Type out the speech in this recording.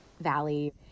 valley